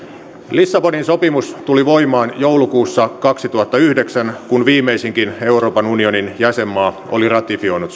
lissabonin sopimus tuli voimaan joulukuussa kaksituhattayhdeksän kun viimeisinkin euroopan unionin jäsenmaa oli ratifioinut